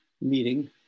meeting